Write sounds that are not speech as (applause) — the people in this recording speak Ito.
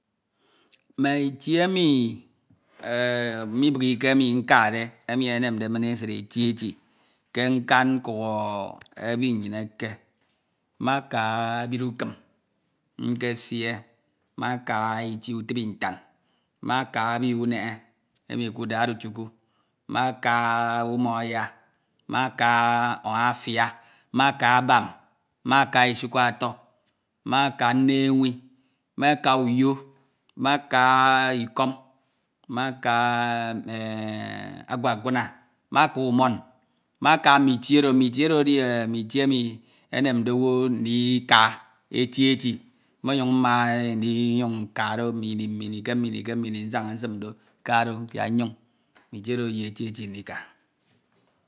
. Mme tidi itie emi (hesitation) mibighike emi nkade enemde min esid eti eti ke nkemkuk ebi nnyin eke. Mmeka ebid ukim nkesie, meka utie utibi ntan, meka ebi uneñe emi ekiudde Arochukwu, meka Umuahia, meka Ohafia, meka Abam, meka Isikwato, meka Nnewi, meka Uyo, meka Ikom, meka (hesitation) Akuakuna, meka Umon, meka mme itie oro, itie oro edi, itie emi enamde owu ndika, eti eti, monyuñ mma ndika do ke mme ini ke mme ini nsaña nsim do. Nka fo mfiak nnyuñ, mme itie oro eye eti eti ndika